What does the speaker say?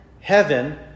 heaven